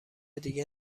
دیگه